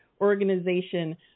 organization